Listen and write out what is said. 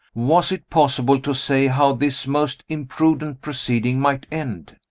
was it possible to say how this most imprudent proceeding might end?